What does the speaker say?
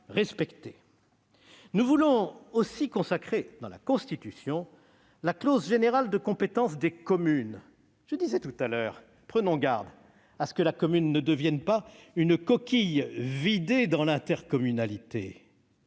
Nous voulons aussi consacrer dans la Constitution la clause générale de compétence des communes. Je le disais : prenons garde à ce que la commune ne devienne pas une coquille vidée dans l'intercommunalité.